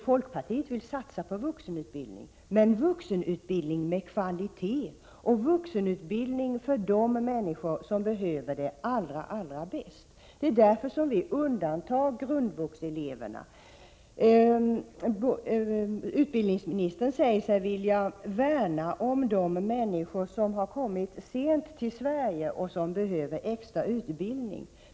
Folkpartiet vill visst satsa på vuxenutbildning, men på vuxenutbildning med kvalitet och vuxenutbildning för de människor som behöver den allra bäst. Det är därför som vi undantar grundvuxeleverna. Utbildningsministern säger sig vilja värna om de människor som har kommit sent till Sverige och som behöver extra utbildning.